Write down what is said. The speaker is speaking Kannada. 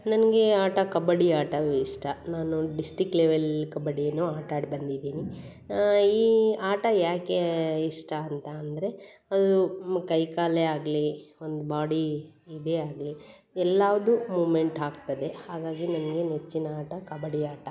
ನನಗೆ ಆಟ ಕಬಡ್ಡಿ ಆಟವು ಇಷ್ಟ ನಾನು ಡಿಸ್ಟಿಕ್ ಲೆವೆಲ್ ಕಬಡ್ಡಿನೂ ಆಟಾಡಿ ಬಂದಿದ್ದೀನಿ ಈ ಆಟ ಯಾಕೆ ಇಷ್ಟ ಅಂತ ಅಂದರೆ ಅದು ಕೈ ಕಾಲೇ ಆಗಲಿ ಒಂದು ಬಾಡಿ ಇದೇ ಆಗಲಿ ಎಲ್ಲಾದು ಮೂಮೆಂಟ್ ಆಗ್ತದೆ ಹಾಗಾಗಿ ನನಗೆ ನೆಚ್ಚಿನ ಆಟ ಕಬಡ್ಡಿ ಆಟ